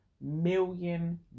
million